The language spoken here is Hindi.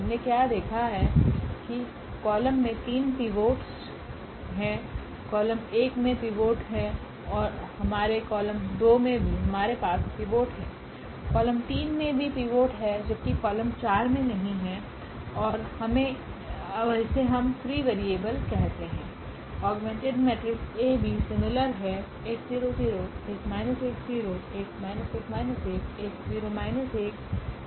हमने क्या देखा है की कॉलम में 3 पिवोट्स हैं कॉलम 1 में पिवोट है हमारे कॉलम 2 में भी हमारे पास पिवोट हैं कॉलम 3 में भी है जबकि कॉलम 4 में नहीं है और इसे हम फ्री वेरियेबल कहते हैं